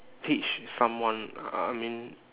teach someone uh I mean